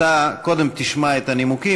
אתה קודם תשמע את הנימוקים,